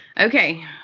Okay